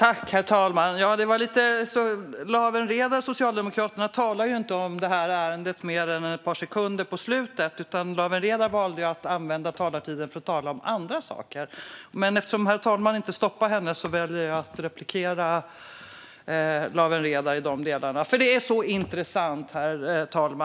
Herr talman! Lawen Redar från Socialdemokraterna talade inte om ärendet mer än ett par sekunder på slutet utan valde att använda talartiden till andra saker. Men eftersom herr talmannen inte stoppade Lawen Redar väljer jag att replikera henne i de delarna. Herr talman! Detta är intressant.